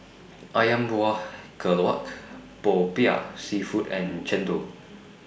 Ayam Buah Keluak Popiah Seafood and Chendol